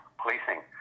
policing